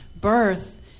Birth